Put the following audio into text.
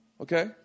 okay